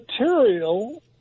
material